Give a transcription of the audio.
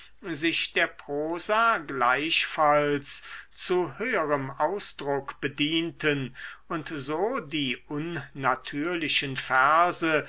sich der prosa gleichfalls zu höherem ausdruck bedienten und so die unnatürlichen verse